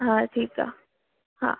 हा ठीकु आहे हा